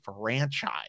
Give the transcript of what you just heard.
franchise